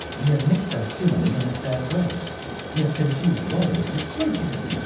we have mixed our simile in a sad way we have confused lawyers with clergymen.